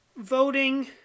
voting